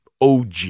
OG